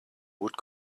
would